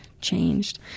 changed